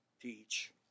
teach